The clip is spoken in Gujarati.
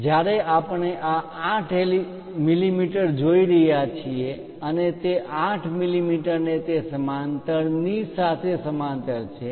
જ્યારે આપણે આ 8 મીમી જોઈ રહ્યા છીએ અને આ 8 મિમિ તે સમાંતર ની સાથે સમાંતર છે